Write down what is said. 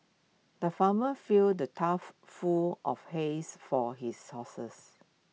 the farmer filled the tough full of hays for his